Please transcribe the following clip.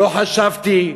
לא חשבתי,